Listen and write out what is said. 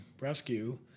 rescue